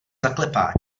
zaklepání